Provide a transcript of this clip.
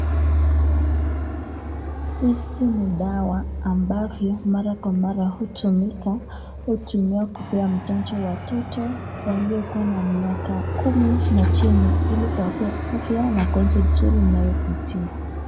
Hizi ni dawa ambavyo mara kwa mara hutumika, hutumiwa kupea chanjo watoto waliokuwa na miaka kumi na chini ili kuwapea afya na ngozi nzuri inayovutia.